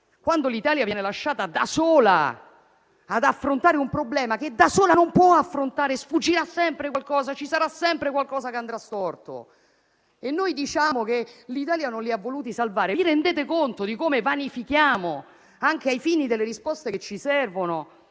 quando l'Italia viene lasciata da sola ad affrontare un problema che da sola non può affrontare, sfuggirà sempre qualcosa, ci sarà sempre qualcosa che andrà storto - vi rendete conto di come vanifichiamo, anche ai fini delle risposte che ci servono,